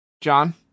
John